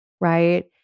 right